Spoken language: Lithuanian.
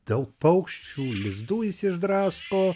daug paukščių lizdų jis išdrasko